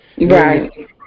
Right